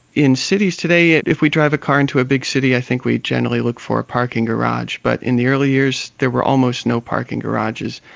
in cities today if we drive a car into a big city, i think we generally look for a parking garage, but in the early years there were almost no parking garages.